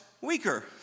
weaker